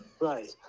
right